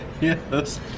Yes